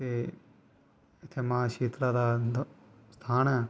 ते इत्थै मां शीतला दा स्थान ऐ